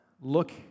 look